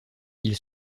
ils